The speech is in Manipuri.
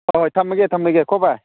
ꯍꯣꯏ ꯍꯣꯏ ꯊꯝꯃꯒꯦ ꯊꯝꯃꯒꯦꯀꯣ ꯚꯥꯏ